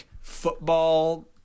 football